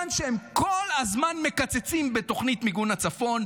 שהם כל הזמן מקצצים בתוכנית מיגון הצפון,